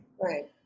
Right